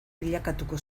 bilakatuko